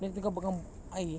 then dia tengah pegang air